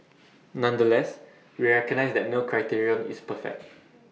nonetheless we recognise that no criterion is perfect